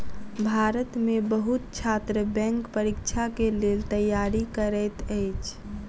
भारत में बहुत छात्र बैंक परीक्षा के लेल तैयारी करैत अछि